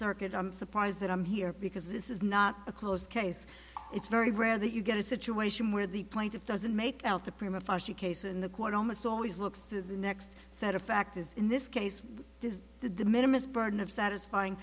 circuit i'm surprised that i'm here because this is not a closed case it's very rare that you get a situation where the plaintiff doesn't make out a prima facie case in the court almost always looks to the next set of fact as in this case this the de minimus burden of satisfying